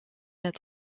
het